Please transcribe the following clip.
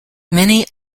many